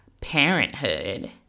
parenthood